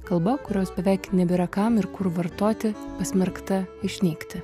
kalba kurios beveik nebėra kam ir kur vartoti pasmerkta išnykti